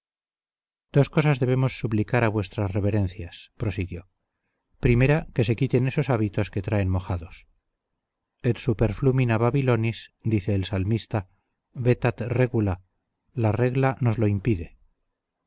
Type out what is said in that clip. dos cosas debemos suplicar a vuestras reverencias prosiguió primera que se quiten esos hábitos que traen mojados et super flumina babylonis dice el salmista vetat regula la regla nos lo impide